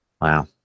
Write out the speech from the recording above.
Wow